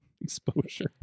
exposure